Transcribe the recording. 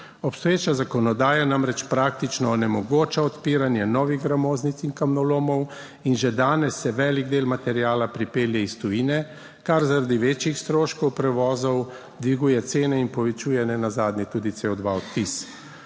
Obstoječa zakonodaja namreč praktično onemogoča odpiranje novih gramoznic in kamnolomov in že danes se velik del materiala pripelje iz tujine, kar zaradi večjih stroškov prevozov dviguje cene in povečuje ne nazadnje tudi CO2 odtis.